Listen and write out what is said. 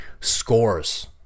Scores